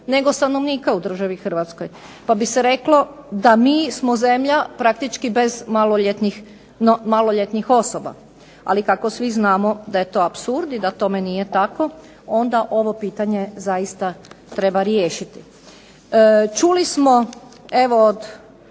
nego stanovnika u državi Hrvatskoj, pa bi se reklo da mi smo zemlja praktički bez maloljetnih osoba. Ali kako svi znamo da je to apsurd i da tome nije tako, onda ovo pitanje zaista treba riješiti. Čuli smo evo od